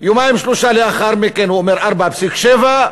יומיים-שלושה לאחר מכן הוא אומר 4.7%,